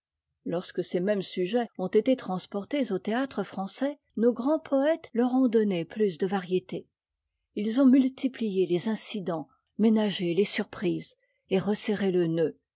lorsque ces mêmes sujets ont été transportés au théâtre français nos grands poëtes leur ont donné plus de variété ils ont multiplié lés incidents ménagé les surprises et resserré le nœud